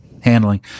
handling